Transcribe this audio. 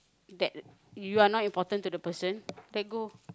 that you are not important to the person let go